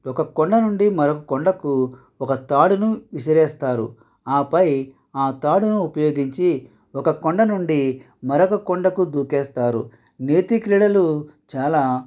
ఒక కొండ నుండి మరొక కొండకు ఒక తాడును విసిరేస్తారు ఆపై ఆ తాడును ఉపయోగించి ఒక కొండ నుండి మరొక కొండకు దూకేస్తారు నేటిక్ క్రీడలు చాలా